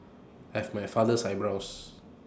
I have my father's eyebrows